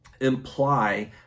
imply